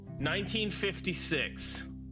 1956